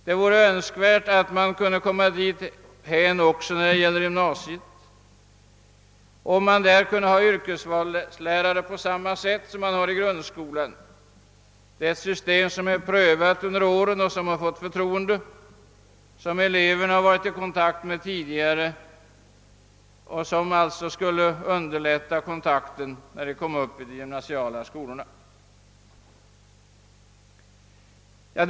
Det vore önskvärt att man även i de gymnasiala skolorna finge yrkesvalslärare. Detta system har prövats under åren, och man har mycket goda erfarenheter härav. Eleverna känner alltså till detta system redan från grundskolan, något som kan vara dem till god hjälp även i de gymnasiala skolorna när det gäller kontakten och förståelsen.